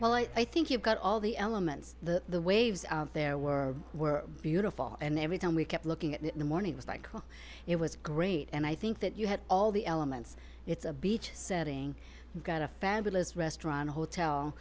well i think you got all the elements that the waves out there were beautiful and every time we kept looking at it in the morning it was like oh it was great and i think that you had all the elements it's a beach setting you've got a fabulous restaurant